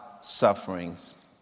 sufferings